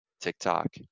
TikTok